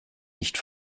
nicht